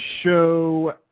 Show